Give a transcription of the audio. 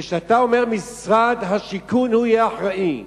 כשאתה אומר שמשרד השיכון יהיה אחראי,